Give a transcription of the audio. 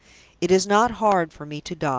it is not hard for me to die,